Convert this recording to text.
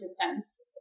defense